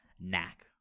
knack